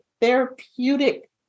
therapeutic